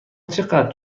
چقدر